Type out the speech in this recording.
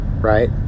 right